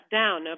down